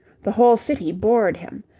the whole city bored him.